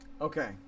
okay